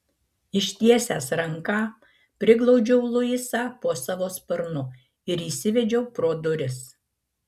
ištiesęs ranką priglaudžiau luisą po savo sparnu ir įsivedžiau pro duris